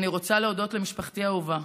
אני רוצה להודות למשפחתי האהובה.